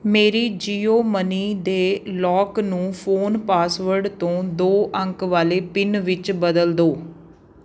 ਮੇਰੇ ਜੀਓਮਨੀ ਦੇ ਲੌਕ ਨੂੰ ਫ਼ੋਨ ਪਾਸਵਰਡ ਤੋਂ ਦੋ ਅੰਕ ਵਾਲੇ ਪਿੰਨ ਵਿੱਚ ਬਦਲ ਦਿਉ